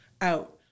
out